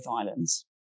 islands